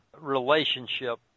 relationship